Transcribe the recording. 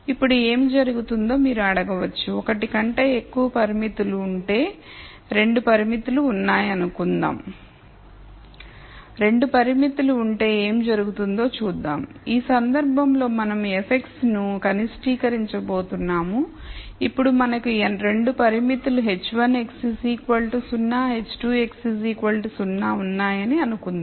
ఇప్పుడు ఏమి జరుగుతుందో మీరు అడగవచ్చు ఒకటి కంటే ఎక్కువ పరిమితులుఉంటే 2 పరిమితులు ఉన్నాయనుకుందాం 2 పరిమితులు ఉంటే ఏమి జరుగుతుందో చూద్దాం ఈ సందర్భంలో మనం f ను కనిష్టీకరించబోతున్నాము ఇప్పుడు మనకు 2 పరిమితులు h1 x 0 h2 x 0 ఉన్నాయని అనుకుందాం